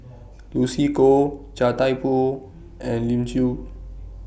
Lucy Koh Chia Thye Poh and Elim Chew